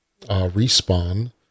respawn